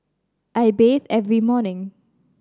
I bathe every morning